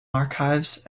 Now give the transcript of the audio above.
archives